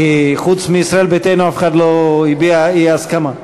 כי חוץ מישראל ביתנו אף אחד לא הביע אי-הסכמה.